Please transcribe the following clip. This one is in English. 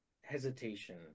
Hesitation